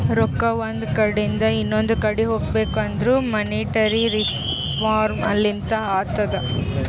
ರೊಕ್ಕಾ ಒಂದ್ ಕಡಿಂದ್ ಇನೊಂದು ಕಡಿ ಹೋಗ್ಬೇಕಂದುರ್ ಮೋನಿಟರಿ ರಿಫಾರ್ಮ್ ಲಿಂತೆ ಅತ್ತುದ್